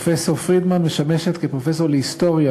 פרופסור פרידמן משמשת כפרופסור להיסטוריה